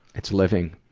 it's living.